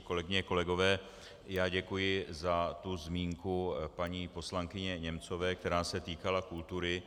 Kolegyně, kolegové, děkuji za zmínku paní poslankyně Němcové, která se týkala kultury.